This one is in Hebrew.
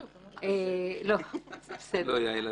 יעל,